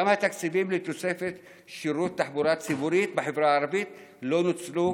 גם התקציבים לתוספת שירות תחבורה ציבורית בחברה הערבית לא נוצלו